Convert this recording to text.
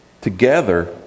Together